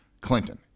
Clinton